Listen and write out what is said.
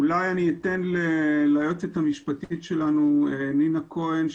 אולי אני אתן ליועצת המשפטית שלנו נינא כהן,